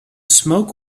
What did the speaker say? smoke